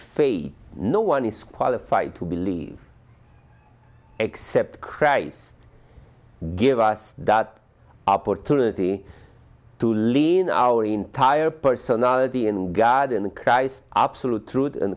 fade no one is qualified to believe except christ give us that opportunity to lean our entire personality in god in christ absolute truth